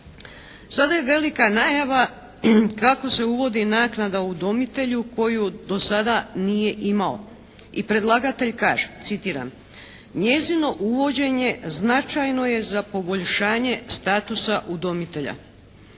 Sada je velika najava kako se uvodi naknada udomitelju koju do sada nije imao. I predlagatelj kaže, citiram: "Njezino uvođenje značajno je za poboljšanje statusa udomitelja.".